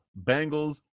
Bengals